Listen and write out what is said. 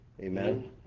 Amen